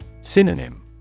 Synonym